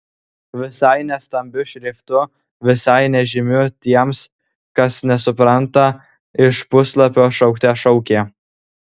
visai ne stambiu šriftu visai nežymiu tiems kas nesupranta iš puslapio šaukte šaukė